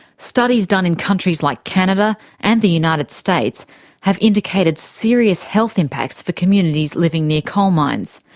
studies done in countries like canada and the united states have indicated serious health impacts for communities living near coalmines,